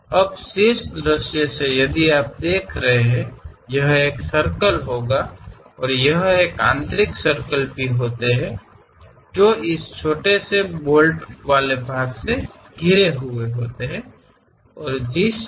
ಈಗ ಮೇಲಿನ ನೋಟದಿಂದ ನೀವು ನೋಡುತ್ತಿದ್ದರೆ ಇದು ವೃತ್ತವನ್ನು ಹೊಂದಿರುತ್ತದೆ ಮತ್ತು ಈ ಸಣ್ಣ ಬೋಲ್ಟ್ ರೀತಿಯ ಭಾಗಗಳಿಂದ ಸುತ್ತುವರೆದಿರುವ ಆಂತರಿಕ ವಲಯಗಳಿವೆ